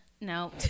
No